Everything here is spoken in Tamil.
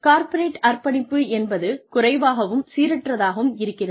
கார்ப்பரேட் அர்ப்பணிப்பு என்பது குறைவாகவும் சீரற்றதாகவும் இருக்கிறது